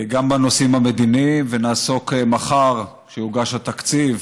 גם בנושאים המדיניים, ונעסוק מחר, כשיוגש התקציב,